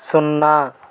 సున్నా